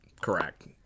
Correct